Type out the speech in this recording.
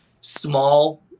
small